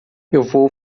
vou